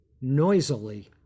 noisily